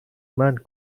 مند